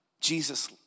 Jesus